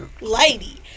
lady